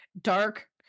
dark